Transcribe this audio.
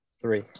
Three